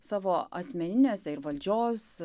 savo asmeniniuose ir valdžios